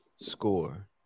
score